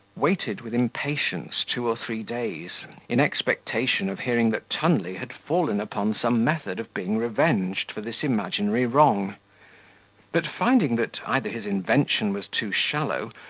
waited with impatience two or three days in expectation of hearing that tunley had fallen upon some method of being revenged for this imaginary wrong but finding that either his invention was too shallow,